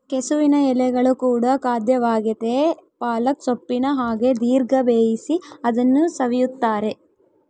ಕೆಸುವಿನ ಎಲೆಗಳು ಕೂಡ ಖಾದ್ಯವಾಗೆತೇ ಪಾಲಕ್ ಸೊಪ್ಪಿನ ಹಾಗೆ ದೀರ್ಘ ಬೇಯಿಸಿ ಅದನ್ನು ಸವಿಯುತ್ತಾರೆ